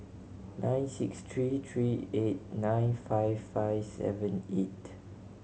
nine six three three eight nine five five seven eight